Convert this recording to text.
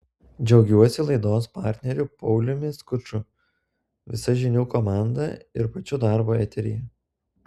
džiaugiuosi laidos partneriu pauliumi skuču visa žinių komanda ir pačiu darbu eteryje